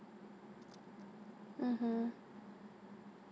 mmhmm